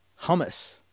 hummus